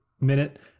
minute